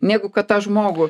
negu kad tą žmogų